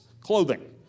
clothing